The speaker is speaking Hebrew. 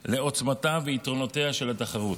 לעוצמתה ויתרונותיה של התחרות.